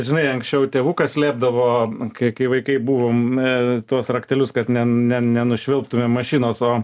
žinai anksčiau tėvukas slėpdavo kai kai vaikai buvom a tuos raktelius kad ne ne ne nušvilptume mašinos o